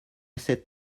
sept